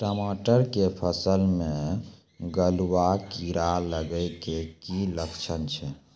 टमाटर के फसल मे गलुआ कीड़ा लगे के की लक्छण छै